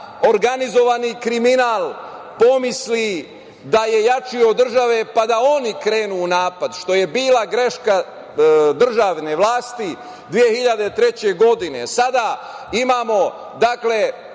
organizovani kriminal pomisli da je jači od države, pa da oni krenu u napad što je bila greška državne vlasti 2003. godine. Sada